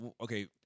okay